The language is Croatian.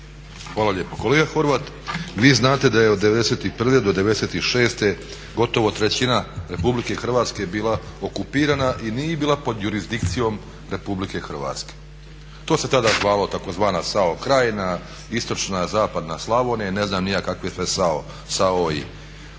Hvala lijepo. Kolega Horvat, vi znate da je od '91. do '96. gotovo trećina Republike Hrvatske bila okupirana i nije bila pod jurisdikcijom RH. To se tada zvalo tzv. SAO krajina, istočna, zapadna Slavonija i ne znam ni ja kakve sve SAO-i. Prema tome,